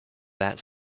that